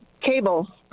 cable